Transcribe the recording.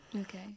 okay